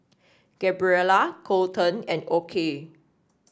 Gabriella Coleton and Okey